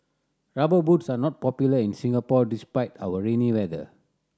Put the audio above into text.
Rubber Boots are not popular in Singapore despite our rainy weather